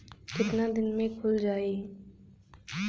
कितना दिन में खुल जाई?